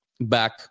back